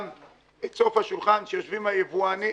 גם את סוף השולחן שיושבים בו היבואנים,